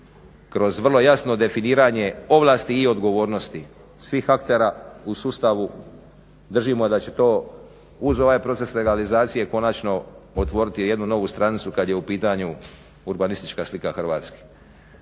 kroz vrlo jasno definiranje ovlasti i odgovornosti svih aktera u sustavu držimo da će to uz ovaj proces legalizacije konačno otvoriti jednu novu stranicu kad je u pitanju urbanistička slika Hrvatske.